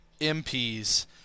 MPs